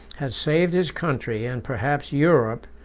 had saved his country, and perhaps europe,